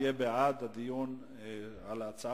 בעד דיון בהצעה